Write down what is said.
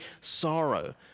sorrow